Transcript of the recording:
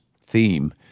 theme